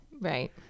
Right